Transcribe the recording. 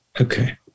Okay